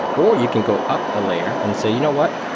or you can go up a layer and say, you know what?